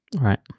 right